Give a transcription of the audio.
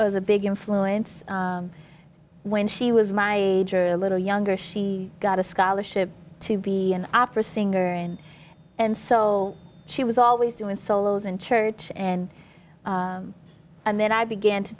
was a big influence when she was my age or a little younger she got a scholarship to be an opera singer and and so she was always doing solos in church and and then i began to